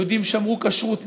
יהודים שמרו כשרות.